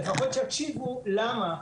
לפחות שיקשיבו למה,